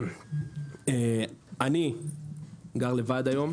אני גר לבד היום.